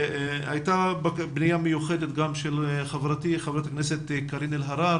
הייתה פנייה מיוחדת של חברתי חברת הכנסת קארין אלהרר